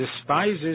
despises